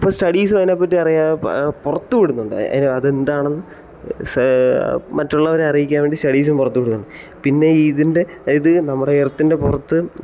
അപ്പോൾ സ്റ്റഡീസ് അതിനെ പറ്റിയറിയാൻ പുറത്ത് വിടുന്നുണ്ട് അത് എന്താണെന്ന് മറ്റുള്ളവരെ അറിയിക്കാൻ വേണ്ടി സ്റ്റഡീസ് പുറത്ത് വിടുന്നുണ്ട് പിന്നെ ഇതിൻ്റെ ഇത് നമ്മുടെ എർത്തിൻ്റെ പുറത്ത്